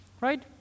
Right